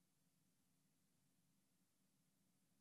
הכנסת